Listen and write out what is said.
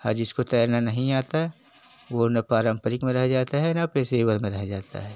और जिसको तैरना नहीं आता वह ना पारंपिक में रह जाता है ना पेशेवर में रह जाता है